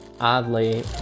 oddly